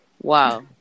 wow